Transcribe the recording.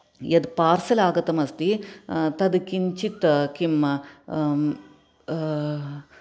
यद् पार्सल् आगतं अस्ति तद् किंचित् किं